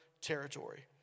territory